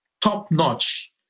top-notch